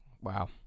Wow